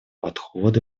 подход